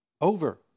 Over